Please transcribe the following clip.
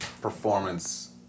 performance